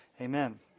Amen